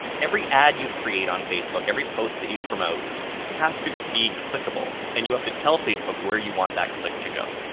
every ad you create on facebook, every post that you promote has to be clickable, and you have to tell facebook where you want that click to go.